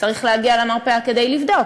צריך להגיע למרפאה כדי לבדוק,